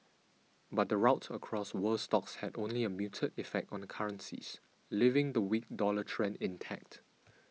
but the rout across world stocks had only a muted effect on currencies leaving the weak dollar trend intact